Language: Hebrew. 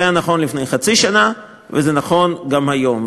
זה היה נכון לפני חצי שנה וזה נכון גם היום.